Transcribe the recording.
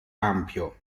ampio